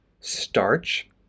starch